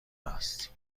است